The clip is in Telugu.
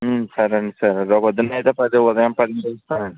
సరే అండి సరే రేపు పొద్దున్నే అయితే పది ఉదయం పదింటికి వస్తానండి